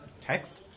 text